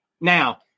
Now